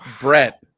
Brett